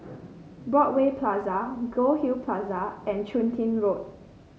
Broadway Plaza Goldhill Plaza and Chun Tin Road